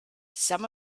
some